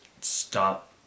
stop